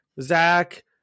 Zach